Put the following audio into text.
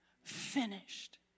finished